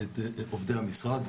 את עובדי המשרד,